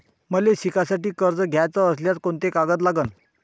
मले शिकासाठी कर्ज घ्याचं असल्यास कोंते कागद लागन?